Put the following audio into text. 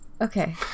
okay